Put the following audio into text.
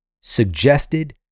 suggested